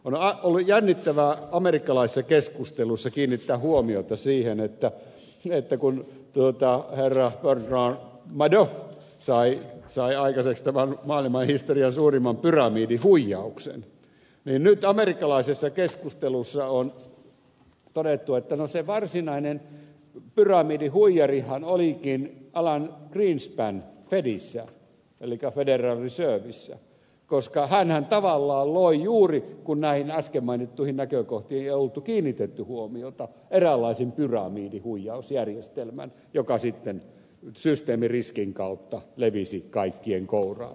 on ollut jännittävää amerikkalaisessa keskustelussa kiinnittää huomiota siihen että kun herra bernard madoff sai aikaiseksi tämän maailmanhistorian suurimman pyramidihuijauksen niin nyt amerikkalaisessa keskustelussa on todettu että no se varsinainen pyramidihuijarihan olikin alan greenspan fedissä elikkä federal reservissä koska hänhän tavallaan loi juuri kun näihin äsken mainittuihin näkökohtiin ei ollut kiinnitetty huomiota eräänlaisen pyramidihuijausjärjestelmän joka sitten systeemiriskin kautta levisi kaikkien kouraan